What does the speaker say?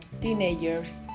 teenagers